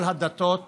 כל הדתות